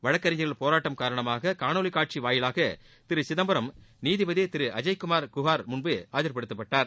வழக்கறிஞர்கள் போராட்டம் காரணமாக காணொலி காட்சி வாயிலாக திரு சிதம்பரம் நீதிபதி திரு அஜய்குமார் குஹார் முன் ஆஜர்படுத்தப்பட்டார்